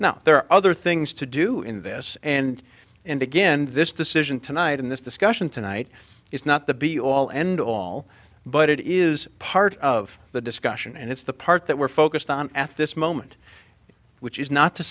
now there are other things to do in this and and again this decision tonight in this discussion tonight is not the be all end all but it is part of the discussion and it's the part that we're focused on at this moment which is not to